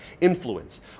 influence